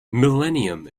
millennium